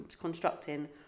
constructing